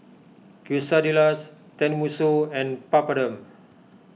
Quesadillas Tenmusu and Papadum